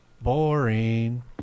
Boring